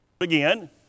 again